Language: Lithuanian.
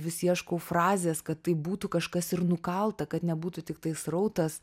vis ieškau frazės kad tai būtų kažkas ir nukalta kad nebūtų tiktai srautas